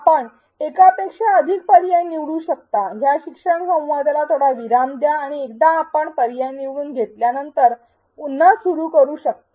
आपण एकापेक्षा अधिक पर्याय निवडू शकता ह्या शिक्षण संवादाला थोडा विराम द्या आणि एकदा आपण पर्याय निवडून घेतल्यानंतर पुन्हा सुरू करू शकता